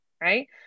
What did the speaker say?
Right